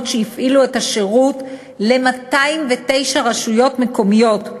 שהפעילו את השירות ל-209 רשויות מקומיות,